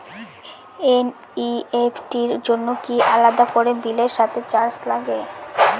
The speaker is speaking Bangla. এন.ই.এফ.টি র জন্য কি আলাদা করে বিলের সাথে চার্জ লাগে?